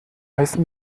heiße